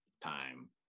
Time